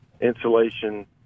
insulation